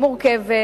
מורכבת